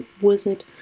Wizard